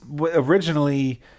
originally